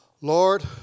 Lord